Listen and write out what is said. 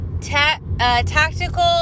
tactical